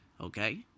okay